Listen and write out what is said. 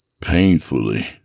Painfully